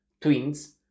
twins